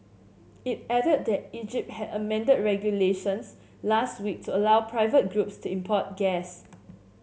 it added that Egypt had amended regulations last week to allow private groups to import gas